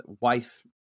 wife